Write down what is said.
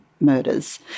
murders